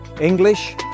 english